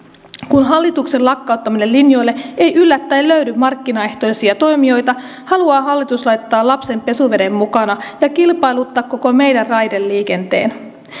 kun hallituksen lakkauttamille linjoille ei yllättäen löydy markkinaehtoisia toimijoita haluaa hallitus laittaa lapsen pesuveden mukana ja kilpailuttaa koko meidän raideliikenteen